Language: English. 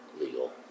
legal